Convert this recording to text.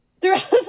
throughout